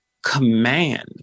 command